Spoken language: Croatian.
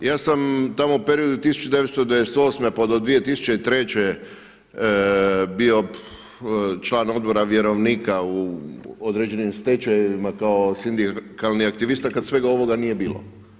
Ja sam tamo u periodu 1998. pa do 2003. bio član Odbora vjerovnika u određenim stečajevima kao sindikalni aktivista kada svega ovoga nije bilo.